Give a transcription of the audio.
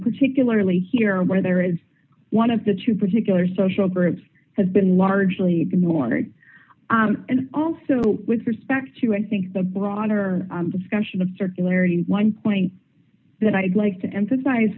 particularly here where there is one of the two particular social groups has been largely ignored and also with respect to i think the broader discussion of circularity one point that i'd like to emphasize